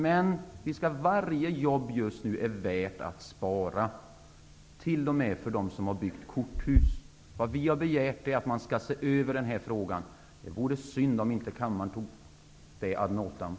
Men just nu är varje jobb värt att spara, t.o.m. för dem som har byggt korthus. Vad vi har begärt är att man skall se över den här frågan. Det vore synd om kammaren inte tog den begäran ad notam.